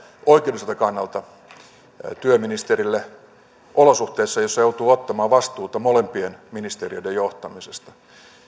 oikeudelliselta kannalta hyviä neuvoja työministerille olosuhteissa joissa joutuu ottamaan vastuuta molempien ministeriöiden johtamisesta